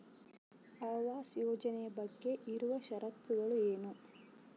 ಆವಾಸ್ ಯೋಜನೆ ಬಗ್ಗೆ ಇರುವ ಶರತ್ತುಗಳು ಏನು?